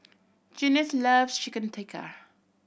Junious loves Chicken Tikka